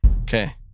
Okay